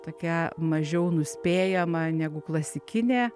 tokia mažiau nuspėjama negu klasikinė